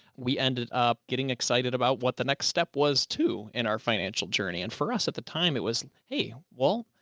we ended up getting excited about what the next step was to in our financial journey. and for us at the time it was, hey, well.